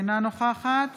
אינה נוכחת